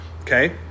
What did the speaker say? okay